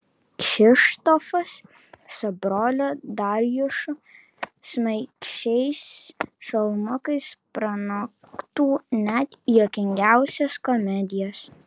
kšištofas su broliu darjušu šmaikščiais filmukais pranoktų net juokingiausias komedijas